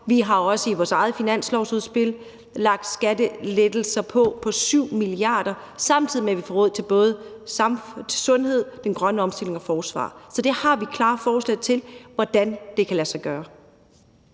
Vi har også i vores eget finanslovsudspil indlagt skattelettelser på 7 mia. kr., samtidig med at vi får råd til både sundhed, den grønne omstilling og forsvaret. Så vi har klare forslag til, hvordan det kan lade sig gøre.